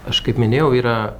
aš kaip minėjau yra